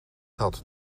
had